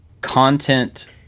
content